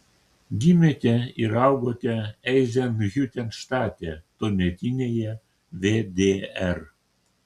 gimėte ir augote eizenhiutenštate tuometinėje vdr